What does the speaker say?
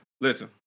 Listen